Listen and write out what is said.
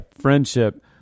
friendship